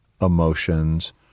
emotions